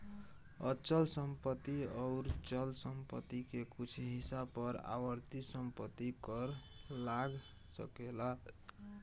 अचल संपत्ति अउर चल संपत्ति के कुछ हिस्सा पर आवर्ती संपत्ति कर लाग सकेला